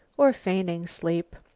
or feigning sleep.